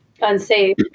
unsafe